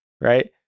right